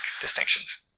distinctions